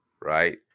right